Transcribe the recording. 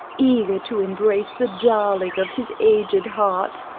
eager to embrace the darling of his aged heart,